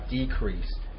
decreased